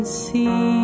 see